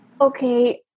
Okay